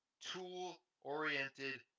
tool-oriented